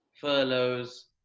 furloughs